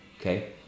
okay